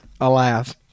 alas